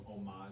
homage